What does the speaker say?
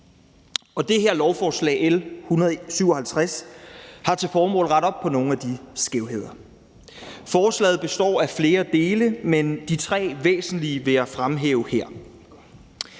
og det her lovforslag, L 157, har til formål at rette op på nogle af de skævheder. Forslaget består af flere dele, men de tre væsentlige vil jeg fremhæve her.